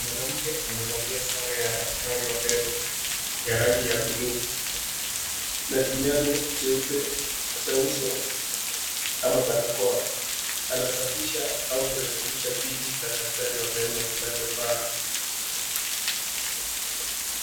Mwanamke amevalia sare ya daktari wa meno ya rangi ya blue na kinyago cheupe cha uso ama barakoa. Anasafisha au kurekebisha kiti cha daktari wa meno kinachofaa.